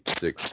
six